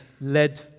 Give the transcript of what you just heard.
led